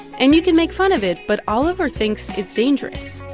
and you can make fun of it. but oliver thinks it's dangerous.